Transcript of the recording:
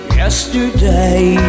yesterday